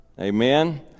Amen